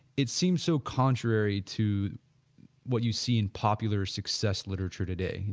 its seems so contrary to what you see in popular success literature today, you